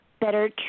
better